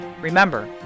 Remember